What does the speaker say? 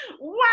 Wow